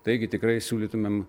taigi tikrai siūlytumėm